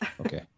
Okay